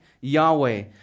Yahweh